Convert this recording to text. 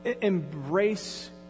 embrace